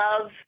love